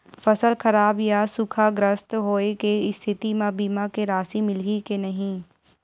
फसल खराब या सूखाग्रस्त होय के स्थिति म बीमा के राशि मिलही के नही?